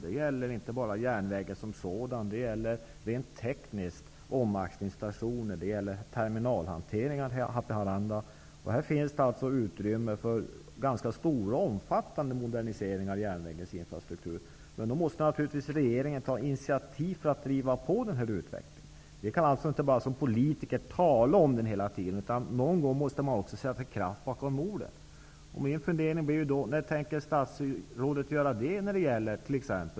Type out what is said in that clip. Det gäller inte bara järnvägen som sådan. Det gäller rent tekniskt omaxlingsstationer och terminalhanteringar i Haparanda. Här finns det alltså utrymme för ganska stora och omfattande moderniseringar av järnvägens infrastruktur. Men då måste naturligtvis regeringen ta initiativ för att driva på utvecklingen. Vi kan som politiker inte bara hela tiden tala om den, utan någon gång måste man också sätta kraft bakom orden.